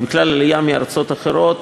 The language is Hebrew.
ובכלל העלייה מארצות אחרות,